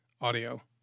audio